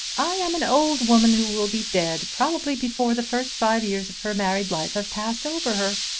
i am an old woman who will be dead probably before the first five years of her married life have passed over her.